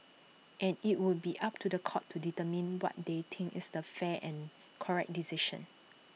and IT would be up to The Court to determine what they think is the fair and correct decision